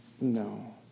No